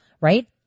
right